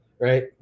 Right